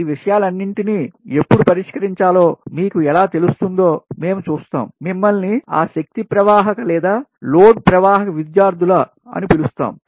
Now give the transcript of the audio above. ఈ విషయాలన్నింటినీ ఎప్పుడు పరిష్కరించాలో మీకు ఎలా తెలుస్తుందో మేము చూస్తాము మిమ్మల్ని ఆ శక్తి ప్రవాహక లేదా లోడ్ ప్రవాహక విద్యార్థులా అని పిలుస్తాము